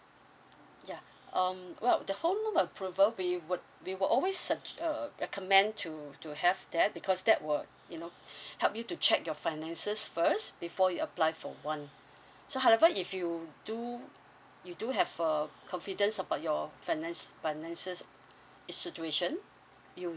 ya um well the home loan approval we would we would always sug~ uh recommend to to have that because that would you know help you to check your finances first before you apply for one so however if you do you do have uh confidence about your finance financial situation you